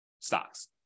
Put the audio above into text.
stocks